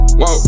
whoa